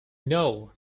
know